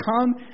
come